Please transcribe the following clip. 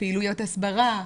פעילויות הסברה,